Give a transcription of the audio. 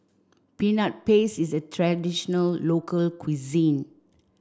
Peanut Paste is a traditional local cuisine